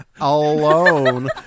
Alone